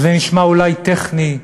זה נשמע אולי טכני,